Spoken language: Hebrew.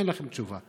אין לכם תשובה.